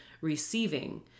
receiving